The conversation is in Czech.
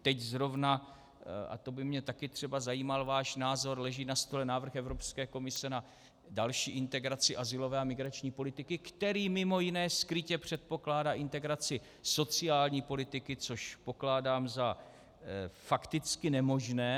Teď zrovna a to by mě také třeba zajímal váš názor leží na stole návrh Evropské komise na další integraci azylové a migrační politiky, který mimo jiné skrytě předpokládá integraci sociální politiky, co pokládám za fakticky nemožné.